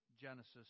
Genesis